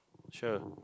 sure